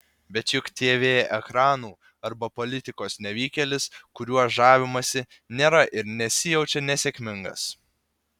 bet juk tv ekranų arba politikos nevykėlis kuriuo žavimasi nėra ir nesijaučia nesėkmingas